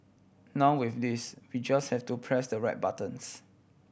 now with this we just has to press the right buttons